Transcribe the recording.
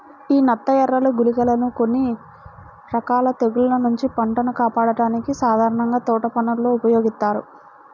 యీ నత్తఎరలు, గుళికలని కొన్ని రకాల తెగుల్ల నుంచి పంటను కాపాడ్డానికి సాధారణంగా తోటపనుల్లో ఉపయోగిత్తారు